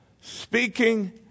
Speaking